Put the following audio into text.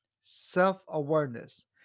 self-awareness